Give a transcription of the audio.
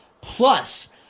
Plus